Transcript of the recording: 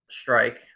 strike